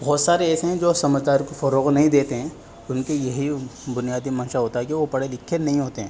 بہت سارے ایسے ہیں جو سمجھداری کو فروغ نہیں دیتے ہیں ان کی یہی بنیادی منشا ہوتا ہے کہ وہ پڑھے لکھے نہیں ہوتے ہیں